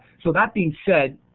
so that being said,